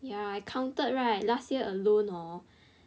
ya I counted right last year alone hor